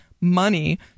money